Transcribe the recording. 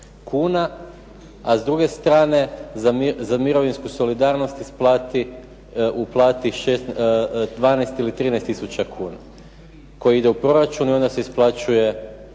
a s druge strane za mirovinsku solidarnost uplati 12 ili 13 tisuća kuna koji ide u proračun i onda se isplaćuje